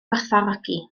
gwerthfawrogi